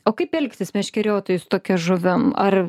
o kaip elgtis meškeriotojui su tokia žuvim ar